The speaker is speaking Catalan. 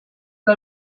que